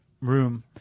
room